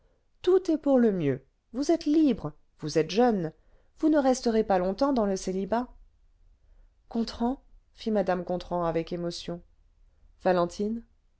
tout est pour le mieux vous êtes libres vous êtes jeuues vous ne resterez pas longtemps dans le célibat gontran fit mmc gontran avec émotion valentine